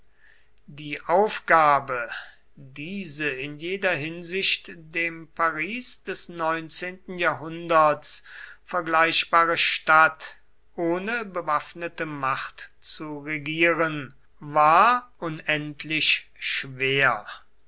die aufgabe diese in jeder hinsicht dem paris des neunzehnten jahrhunderts vergleichbare stadt ohne bewaffnete macht zu regieren war unendlich schwer